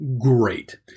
great